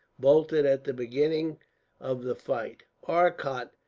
bolted at the beginning of the fight. arcot,